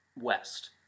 west